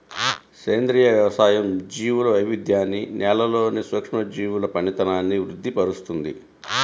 సేంద్రియ వ్యవసాయం జీవుల వైవిధ్యాన్ని, నేలలోని సూక్ష్మజీవుల పనితనాన్ని వృద్ది పరుస్తుంది